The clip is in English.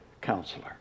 counselor